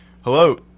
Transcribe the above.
Hello